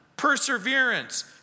Perseverance